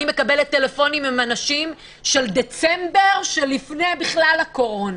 אני מקבלת טלפונים מאנשים של דצמבר שלפני הקורונה.